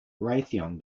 raytheon